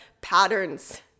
patterns